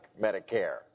Medicare